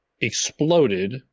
Exploded